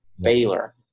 Baylor